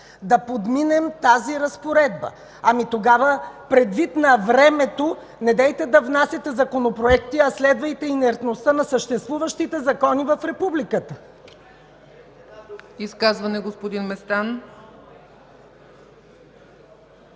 да подминем тази разпоредба. Ами, тогава предвид на времето, недейте да внасяте законопроекти, а следвайте инертността на съществуващите закони в Републиката.